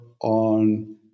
on